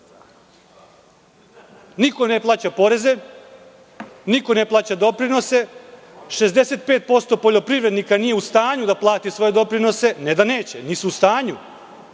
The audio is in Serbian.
Niko ne plaća poreze, niko ne plaća doprinose, 65% poljoprivrednika nije u stanju da plati svoje doprinose. Znači, ne da neće, nisu u stanju.